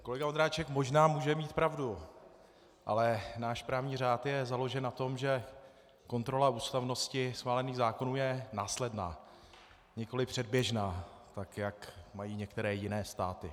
Kolega Vondráček možná může mít pravdu, ale náš právní řád je založen na tom, že kontrola ústavnosti schválených zákonů je následná, nikoli předběžná, tak jak mají některé jiné státy.